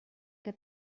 que